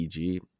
EG